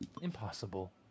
impossible